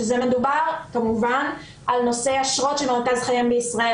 ומדובר כמובן על נושאי אשרות שמרכז חייהם בישראל.